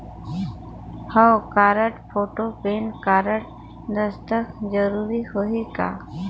हव card, photo, pan card, दस्खत जरूरी होही का?